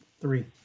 three